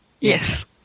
yes